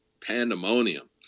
pandemonium